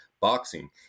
boxing